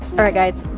alright guys,